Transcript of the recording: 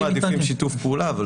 אנחנו תמיד מעדיפים שיתוף פעולה.